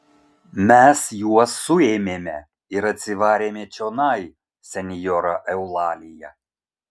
mes juos suėmėme ir atsivarėme čionai senjora eulalija